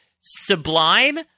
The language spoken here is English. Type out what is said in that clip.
sublime